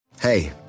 Hey